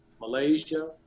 Malaysia